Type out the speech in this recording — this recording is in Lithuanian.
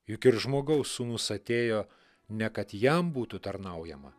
juk ir žmogaus sūnus atėjo ne kad jam būtų tarnaujama